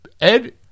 Ed